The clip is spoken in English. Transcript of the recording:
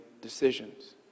decisions